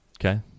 Okay